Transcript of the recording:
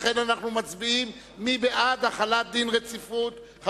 ולכן אנחנו מצביעים מי בעד החלת דין רציפות.